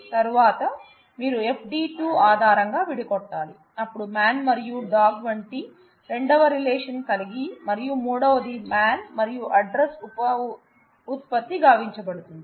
తరువాత మీరు FD 2 ఆధారంగా విడికొట్టాలి అప్పుడు మ్యాన్ మరియు డాగ్ వంటి రెండవ రిలేషన్ కలిగి మరియు మూడవది మ్యాన్ మరియు అడ్రస్ ఉప ఉత్పత్తి గావించ బడుతుంది